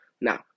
Now